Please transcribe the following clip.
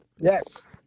Yes